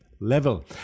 level